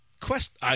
quest